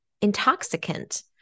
intoxicant